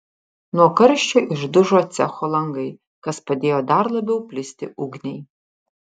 nuo karščio išdužo cecho langai kas padėjo dar labiau plisti ugniai